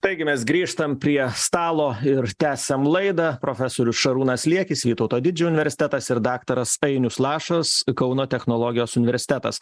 taigi mes grįžtam prie stalo ir tęsiam laidą profesorius šarūnas liekis vytauto didžiojo universitetas ir daktaras ainius lašas kauno technologijos universitetas